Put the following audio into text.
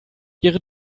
ihre